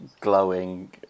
glowing